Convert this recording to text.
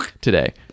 today